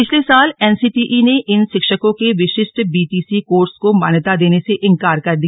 पिछले साल एनसीटीई ने इन शिक्षकों के विशिष्ट बीटीसी कोर्स को मान्यता देने से इंकार कर दिया